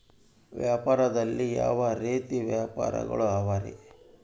ವ್ಯಾಪಾರದಲ್ಲಿ ಯಾವ ರೇತಿ ವ್ಯಾಪಾರಗಳು ಅವರಿ?